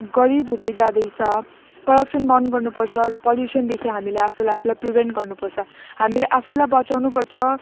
गरिब हुँदै जाँदैछ करप्सन बन्द गर्नुपर्छ र पल्युसनदेखि हामीले आफूले आफूलाई प्रिभेन्ट गर्नुपर्छ हामीले आफूलाई बचाउनुपर्छ